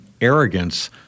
arrogance